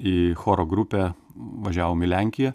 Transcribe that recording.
į choro grupę važiavom į lenkiją